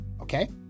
Okay